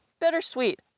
Bittersweet